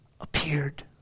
appeared